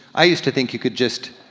i used to think you could just,